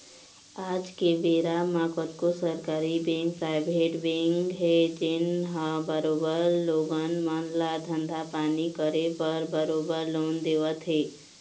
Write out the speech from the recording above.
आज के बेरा म कतको सरकारी बेंक, पराइवेट बेंक हे जेनहा बरोबर लोगन मन ल धंधा पानी करे बर बरोबर लोन देवत हे